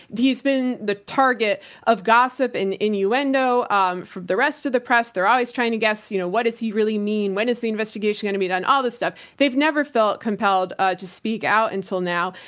he's been the target of gossip and innuendo um from the rest of the press. they're always trying to guess, you know, what does he really mean? when is the investigation going to be done? all this stuff. they've never felt compelled ah to speak out until now.